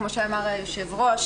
כפי שאמר היושב-ראש,